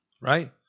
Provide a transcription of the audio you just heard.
Right